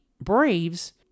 Braves